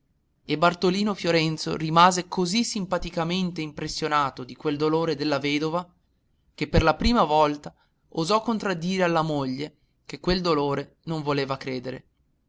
e bartolino fiorenzo rimase così simpaticamente impressionato di quel dolore della vedova che per la prima volta osò contraddire alla moglie che quel dolore non voleva credere